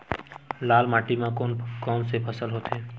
लाल माटी म कोन कौन से फसल होथे?